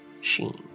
sheen